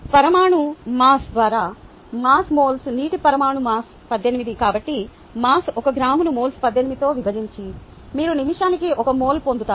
పరమాణు మాస్ ద్వారా mass moles నీటి పరమాణు మాస్ 18 కాబట్టి మాస్ ఒక గ్రామును మోల్స్ 18 తో విభజించి మీరు నిమిషానికి ఒక మోల్ పొందుతారు